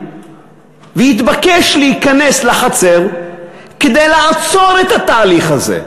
ויתבקש להיכנס לחצר כדי לעצור את התהליך הזה,